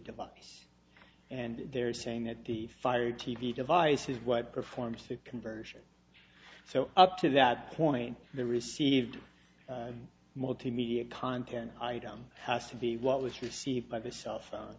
device and they're saying that the fired t v device is what performs the conversion so up to that point the received multimedia content item has to be what was received by the cellphone